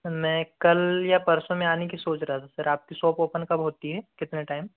मैं कल या परसों में आने की सोच रहा था सर आपकी शॉप ओपन कब होती है कितने टाइम